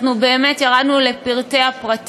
אנחנו באמת ירדנו לפרטי-הפרטים.